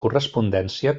correspondència